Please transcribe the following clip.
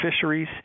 fisheries